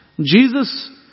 Jesus